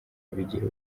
bigira